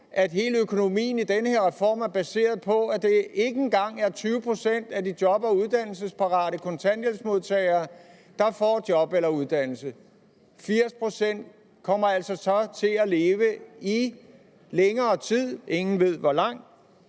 at hele økonomien i den her reform er baseret på, at det ikke engang er 20 pct. af de job- og uddannelsesparate kontanthjælpsmodtagere, der får job eller uddannelse. 80 pct. kommer altså så til at leve i længere tid, ingen ved hvor lang